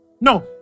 No